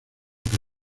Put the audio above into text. que